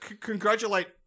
Congratulate